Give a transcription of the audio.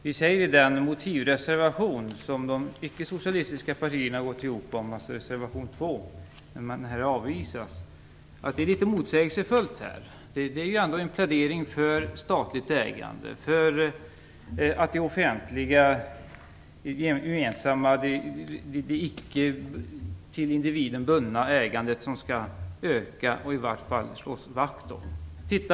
Vi säger i den motivreservation som de icke socialistiska partierna gått ihop om, dvs. reservation 2, där motionen avvisas, att den är litet motsägelsefull. Den innehåller en plädering för statligt ägande, för att man skall öka det icke till individen bundna ägandet eller i varje fall slå vakt om det.